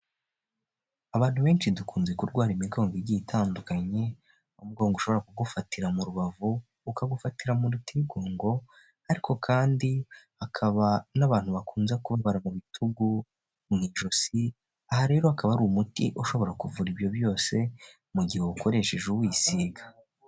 Abantu benshi dukunze kurwara imigongo igiye itandukanye, umugongo ushobora kugufatira mu rubavu ukagufatira murutirigongo ariko kandi hakaba n'abantu bakunze kubabara mu bitugu mu ijosi aha rero akaba ari umuti ushobora kuvura ibyo byose mu gihe ukoresheje uwisiga.